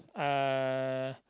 uh